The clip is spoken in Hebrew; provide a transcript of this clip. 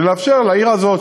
כדי לאפשר לעיר הזאת,